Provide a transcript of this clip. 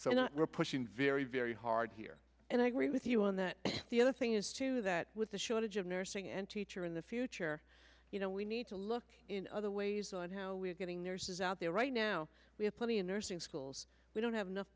reporting very very hard here and i agree with you on that the other thing is too that with the shortage of nursing and teacher in the future you know we need to look in other ways on how we are getting nurses out there right now we have plenty of nursing schools we don't have enough